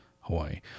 Hawaii